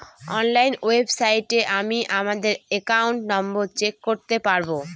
online ওয়েবসাইটে আমি আমাদের একাউন্ট নম্বর চেক করতে পারবো